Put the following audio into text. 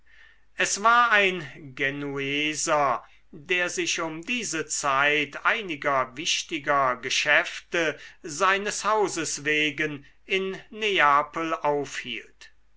es war ein genueser der sich um diese zeit einiger wichtiger geschäfte seines hauses wegen in neapel aufhielt